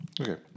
Okay